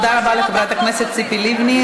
תודה רבה לחברת הכנסת ציפי לבני.